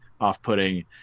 off-putting